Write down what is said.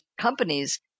companies